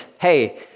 hey